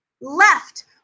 left